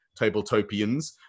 tabletopians